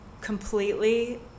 completely